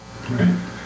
Right